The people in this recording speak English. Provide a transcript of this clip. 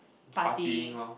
partying